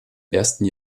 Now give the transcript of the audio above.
ersten